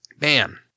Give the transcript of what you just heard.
man